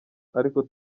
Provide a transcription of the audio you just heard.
ariko